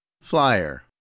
Flyer